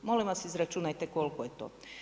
Molim vas izračunajte koliko je to.